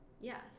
yes